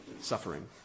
suffering